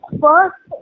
first